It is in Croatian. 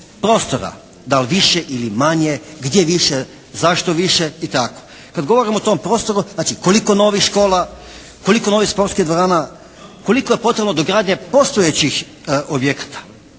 prostora, da li više ili manje, gdje više, zašto više i tako. Kad govorimo o tom prostoru, znači koliko novih škola, koliko novih sportskih dvorana, koliko je potrebno dogradnje postojećih objekata.